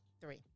three